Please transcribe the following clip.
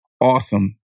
awesome